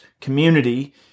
community